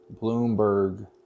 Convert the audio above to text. Bloomberg